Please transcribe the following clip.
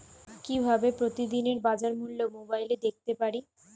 কিভাবে প্রতিদিনের বাজার মূল্য মোবাইলে দেখতে পারি?